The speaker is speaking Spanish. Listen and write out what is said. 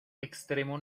extremo